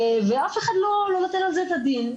אף אחד לא נותן על זה את הדין,